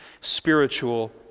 spiritual